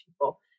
people